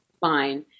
fine